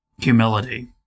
humility